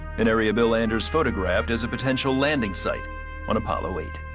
an area bill anders photographed as a potential landing site on apollo eight.